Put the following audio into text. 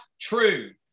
true